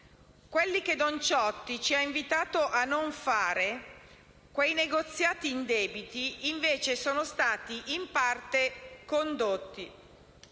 Quelli che don Ciotti ci ha invitato a non fare, quei negoziati indebiti, sono stati invece in parte condotti.